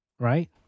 Right